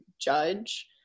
judge